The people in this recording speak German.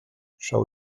schau